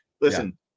Listen